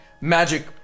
magic